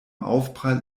aufprall